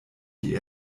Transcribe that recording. die